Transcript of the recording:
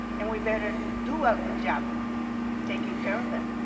and we better do a good job taking care of them.